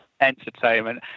entertainment